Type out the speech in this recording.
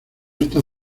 esta